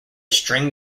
string